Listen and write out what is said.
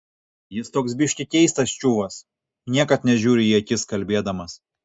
jis toks biškį keistas čiuvas niekad nežiūri į akis kalbėdamas